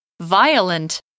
Violent